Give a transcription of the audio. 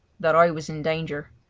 that i was in danger.